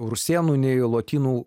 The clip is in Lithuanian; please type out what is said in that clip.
rusėnų nei lotynų